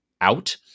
out